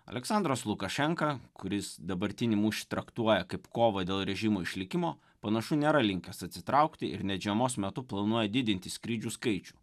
aleksandras lukašenka kuris dabartinį mūšį traktuoja kaip kovą dėl režimo išlikimo panašu nėra linkęs atsitraukti ir net žiemos metu planuoja didinti skrydžių skaičių